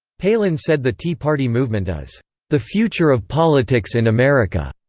palin said the tea party movement is the future of politics in america.